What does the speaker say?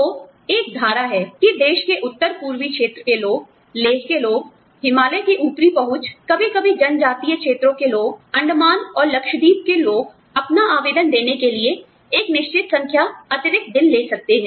तो एक धारा है कि देश के उत्तर पूर्वी क्षेत्र के लोग लेह के लोग हिमालय की ऊपरी पहुंच कभी कभी जन जातीय क्षेत्रों के लोग अंडमान और लक्षद्वीप के लोग अपना आवेदन देने के लिए एक निश्चित संख्या अतिरिक्त दिन ले सकते हैं